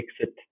exit